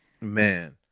man